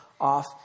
off